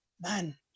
man